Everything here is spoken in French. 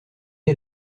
est